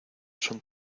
son